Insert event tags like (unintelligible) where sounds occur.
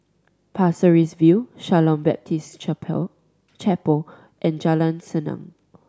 Pasir Ris View Shalom Baptist (unintelligible) Chapel and Jalan Senang